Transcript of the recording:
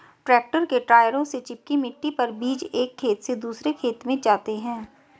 tractor के टायरों से चिपकी मिट्टी पर बीज एक खेत से दूसरे खेत में जाते है